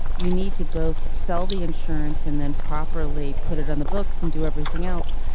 you need to both sell the insurance and then properly put it on the books and do everything else.